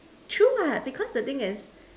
true lah because the thing is